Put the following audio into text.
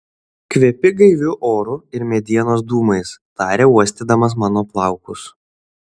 kvepi gaiviu oru ir medienos dūmais tarė uostydamas mano plaukus